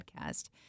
podcast